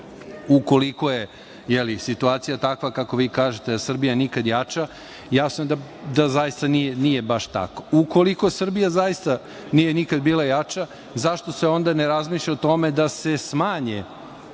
Ukoliko je, jel, situacija takva, kako vi kažete, da je Srbija nikada jača, ja mislim da zaista nije baš tako. Ukoliko Srbija zaista nikada nije bila jača, zašto se onda ne razmišlja o tome da se smanje